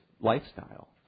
lifestyle